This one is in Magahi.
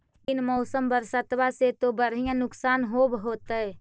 बिन मौसम बरसतबा से तो बढ़िया नुक्सान होब होतै?